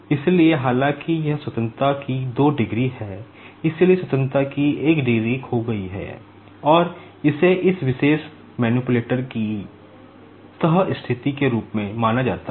इसलिए हालांकि यह स्वतंत्रता की दो डिग्री है इसलिए स्वतंत्रता की एक डिग्री खो गई है और इसे इस विशेष मैनिपुलेटर की तह स्थिति के रूप में जाना जाता है